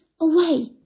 away